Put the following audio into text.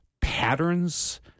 patterns